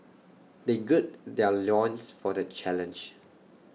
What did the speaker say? they gird their loins for the challenge